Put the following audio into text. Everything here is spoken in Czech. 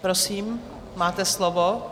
Prosím, máte slovo.